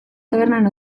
tabernan